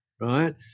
right